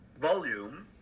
volume